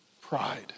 pride